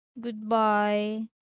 Goodbye